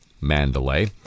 Mandalay